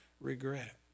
regret